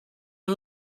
eux